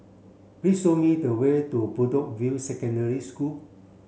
please show me the way to Bedok View Secondary School